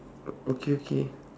okay okay